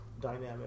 dynamic